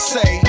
Say